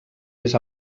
més